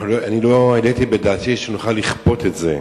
לא העליתי בדעתי שנוכל לכפות את זה,